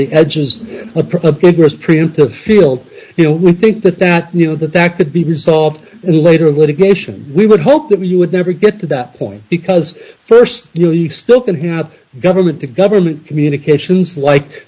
the edges of preemptive field you know i think that that you know that that could be resolved in later litigation we would hope that we would never get to that point because st you know you still can have a government to government communications like